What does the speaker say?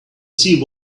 see